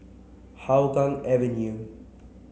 Hougang Avenue